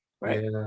right